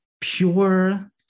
pure